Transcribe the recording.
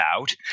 out